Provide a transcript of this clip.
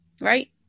Right